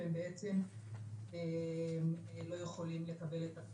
כפי שאתם רואים,